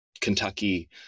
Kentucky